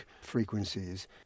frequencies